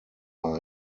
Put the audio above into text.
war